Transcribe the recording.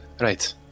Right